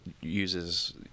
uses